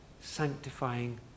sanctifying